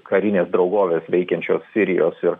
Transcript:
karinės draugovės veikiančios sirijos ir